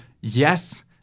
yes